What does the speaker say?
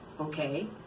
Okay